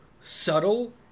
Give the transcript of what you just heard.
subtle